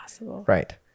Right